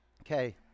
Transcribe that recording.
Okay